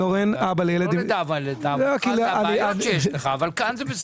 בגלל הבעיות שיש לך, אבל כאן זה בסדר.